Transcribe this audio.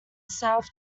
south